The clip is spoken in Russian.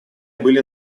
были